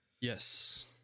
Yes